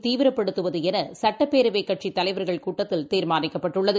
தீவிரப்படுத்துவதுஎனசுட்டப்பேரவைக் கட்சித் தலவர்கள் கூட்டத்தில் தீர்மானிக்கப்பட்டுள்ளது